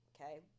okay